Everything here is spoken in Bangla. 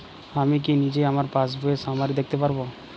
আমি কি নিজেই আমার পাসবইয়ের সামারি দেখতে পারব?